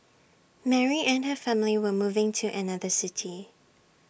Mary and her family were moving to another city